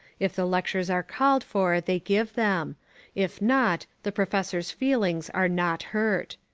if the lectures are called for they give them if not, the professor's feelings are not hurt.